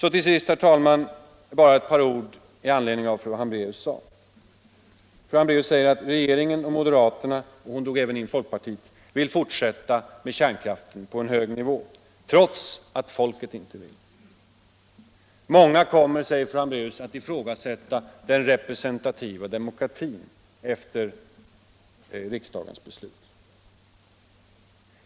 Till sist, herr talman, bara ett par ord med anledning av vad fru Hambraeus sade. Fru Hambraeus yttrade att regeringen och moderaterna — hon drog även in folkpartiet — vill fortsätta med kärnkraften på en hög nivå trots att folket inte vill. Många kommer, sade fru Hambraeus, att ifrågasätta den representativa demokratin efter riksdagens beslut.